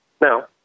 Now